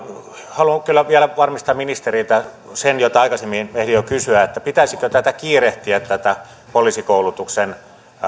haluan kyllä vielä varmistaa ministeriltä sen mitä aikaisemmin ehdin jo kysyä että pitäisikö tätä poliisikoulutuksen